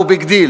נו, ביג דיל.